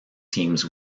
teams